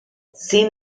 sin